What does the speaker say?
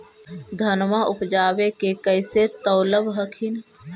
धनमा उपजाके कैसे तौलब हखिन?